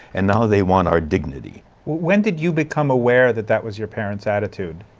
and now they want our dignity. when did you become aware that that was your parents' attitude?